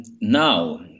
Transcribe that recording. Now